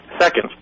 Second